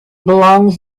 belongs